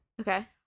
Okay